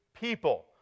people